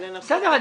ולנסות -- בסדר,